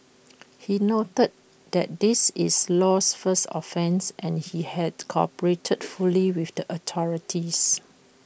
he noted that this is Low's first offence and that he had cooperated fully with the authorities